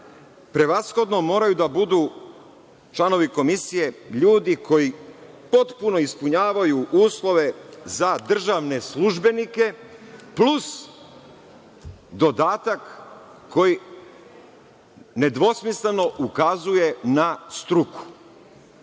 prevashodno moraju da budu članovi Komisije ljudi koji potpuno ispunjavaju uslove za državne službenike plus dodatak koji nedvosmisleno ukazuje na struku.